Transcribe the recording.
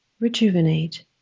rejuvenate